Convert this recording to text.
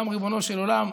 גם ריבונו של עולם,